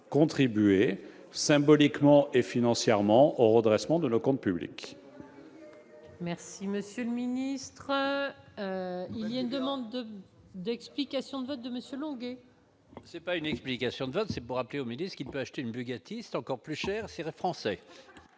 contribuer symboliquement et financièrement au redressement de nos comptes publics.